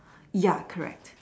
ya correct